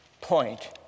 point